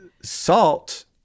salt